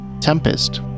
Tempest